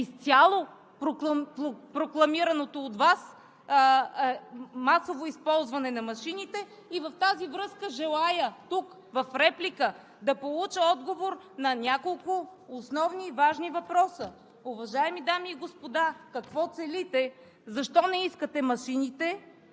изцяло прокламираното от Вас масово използване на машините. И в тази връзка, желая тук, в реплика, да получа отговор на няколко основни и важни въпроса. Уважаеми дами и господа, какво целите? Защо не искате машините?